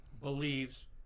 believes